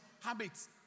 habits